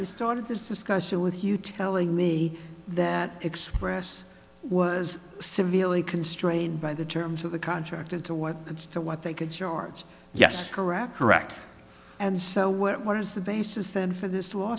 started this discussion with you telling me that express was severely constrained by the terms of the contract and to what to what they could charge yes correct correct and so what is the basis is